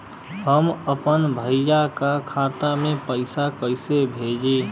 हम अपने भईया के खाता में पैसा कईसे भेजी?